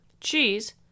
cheese